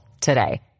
today